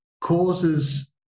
causes